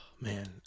man